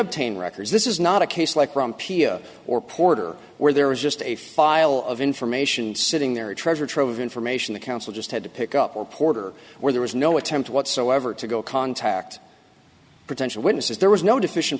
obtain records this is not a case like grumpier or porter where there is just a file of information sitting there a treasure trove of information the council just had to pick up or porter where there was no attempt whatsoever to go contact potential witnesses there was no deficient